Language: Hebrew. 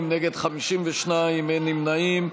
בעד, 32, נגד, 52, אין נמנעים.